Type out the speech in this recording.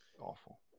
Awful